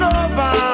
over